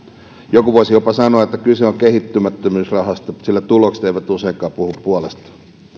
joku voisi jopa sanoa että kyse on kehittymättömyysrahasta sillä tulokset eivät useinkaan puhu puolestaan